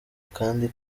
kandi